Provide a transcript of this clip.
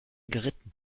geritten